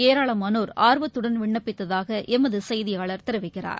ஏராளமானோர் ஆர்வத்துடன் விண்ணப்பித்தாக எமது செய்தியாளர் தெரிவிக்கிறார்